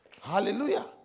Hallelujah